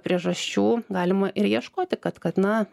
priežasčių galima ir ieškoti kad kad na